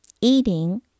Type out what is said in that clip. eating